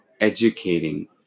educating